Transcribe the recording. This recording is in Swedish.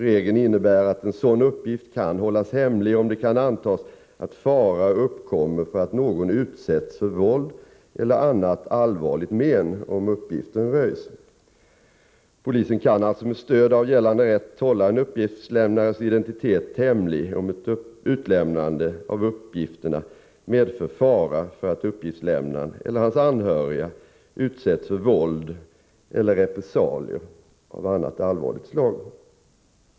Regeln innebär att en sådan uppgift kan hållas hemlig, om det kan antas att fara uppkommer för att någon utsätts för våld eller annat allvarligt men om uppgiften röjs. Polisen kan alltså med stöd av gällande rätt hålla en uppgiftslämnares identitet hemlig, om ett utlämnande av uppgifterna medför fara för att uppgiftslämnaren eller hans anhöriga utsätts för våld eller repressalier av annat allvarligt slag.